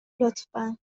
لطفا